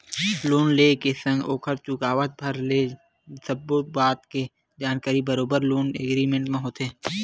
loan ले के संग ओखर चुकावत भर ले जुड़े सब्बो बात के जानकारी बरोबर लोन एग्रीमेंट म होथे